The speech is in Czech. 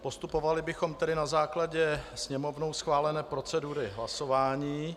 Postupovali bychom tedy na základě Sněmovnou schválené procedury hlasování.